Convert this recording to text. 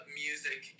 music